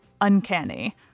uncanny